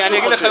אני אגיד לך,